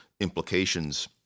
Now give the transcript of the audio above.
implications